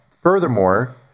Furthermore